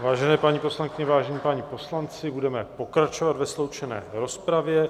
Vážené paní poslankyně, vážení páni poslanci, budeme pokračovat ve sloučené rozpravě.